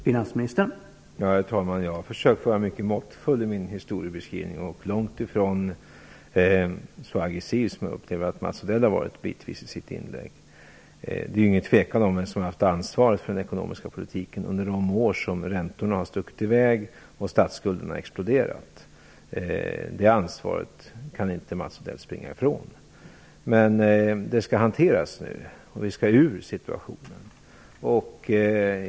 Herr talman! Jag har försökt att vara mycket måttfull i min historieskrivning och långt ifrån så aggressiv som jag upplever att Mats Odell bitvis har varit i sitt inlägg. Det är inget tvivel om vem som har haft ansvaret för den ekonomiska politiken under de år som räntorna har stuckit i väg och statsskulden har exploderat. Det ansvaret kan Mats Odell inte springa ifrån. Men det hela skall nu hanteras, och vi skall ut ur situationen.